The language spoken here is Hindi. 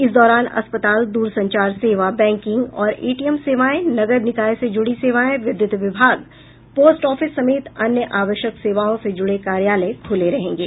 इस दौरान अस्पताल दूरसंचार सेवा बैंकिंग और एटीएम सेवाएं नगर निकाय से जुड़ी सेवाएं विद्यूत विभाग पोस्ट ऑफिस समेत अन्य आवश्यक सेवाओं से जुड़े कार्यालय खुले रहेंगे